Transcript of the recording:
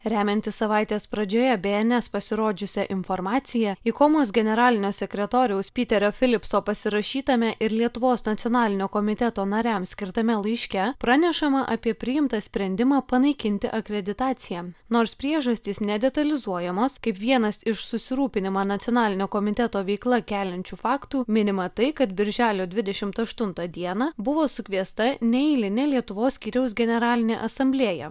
remiantis savaitės pradžioje bns pasirodžiusia informacija ikomos generalinio sekretoriaus piterio filipso pasirašytame ir lietuvos nacionalinio komiteto nariams skirtame laiške pranešama apie priimtą sprendimą panaikinti akreditaciją nors priežastys nedetalizuojamos kaip vienas iš susirūpinimą nacionalinio komiteto veikla keliančių faktų minima tai kad birželio dvidešimt aštuntą dieną buvo sukviesta neeilinė lietuvos skyriaus generalinė asamblėja